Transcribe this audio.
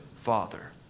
Father